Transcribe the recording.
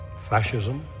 fascism